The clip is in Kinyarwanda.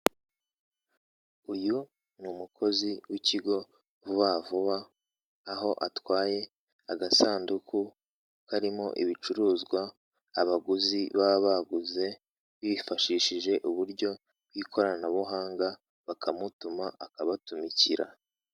Uyu ni umukozi w'ikigo vuba vuba, aho atwaye agasanduku karimo ibicuruzwa abaguzi baba baguze bifashishije uburyo bw'ikoranabuhanga bakamutuma akabatumikira.